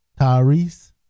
Tyrese